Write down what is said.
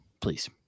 please